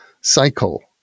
cycle